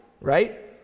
Right